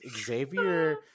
Xavier